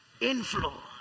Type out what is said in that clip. inflow